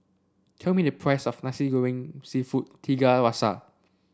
tell me the price of Nasi Goreng seafood Tiga Rasa